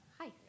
Hi